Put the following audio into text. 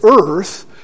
earth